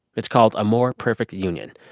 it's called a more perfect union.